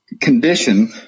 Condition